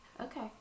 Okay